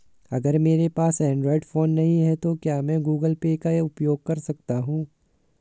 अगर मेरे पास एंड्रॉइड फोन नहीं है तो क्या मैं गूगल पे का उपयोग कर सकता हूं?